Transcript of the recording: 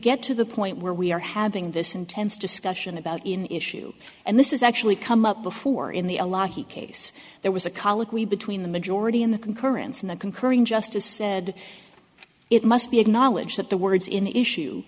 get to the point where we are having this intense discussion about in issue and this is actually come up before in the a lot he case there was a colloquy between the majority in the concurrence in the concurring justice said it must be acknowledged that the words in issue